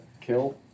kill